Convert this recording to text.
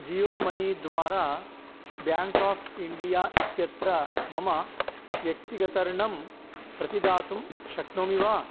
Jio money द्वारा bank of India इत्यत्र मम व्यक्तिगतर्णम् प्रतिदातुं शक्नोमि वा